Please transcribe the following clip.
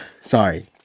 sorry